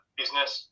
business